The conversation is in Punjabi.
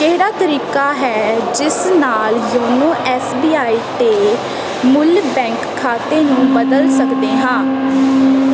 ਕਿਹੜਾ ਤਰੀਕਾ ਹੈ ਜਿਸ ਨਾਲ ਯੋਨੋ ਐੱਸ ਬੀ ਆਈ ਤੇ ਮੂਲ ਬੈਂਕ ਖਾਤੇ ਨੂੰ ਬਦਲ ਸਕਦੇ ਹਾਂ